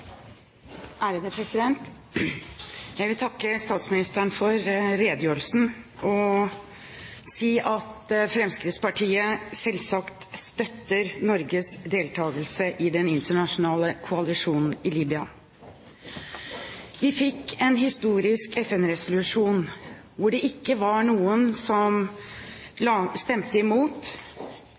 Jeg vil takke statsministeren for redegjørelsen og si at Fremskrittspartiet selvsagt støtter Norges deltakelse i den internasjonale koalisjonen i Libya. Vi fikk en historisk FN-resolusjon hvor det ikke var noen som stemte imot.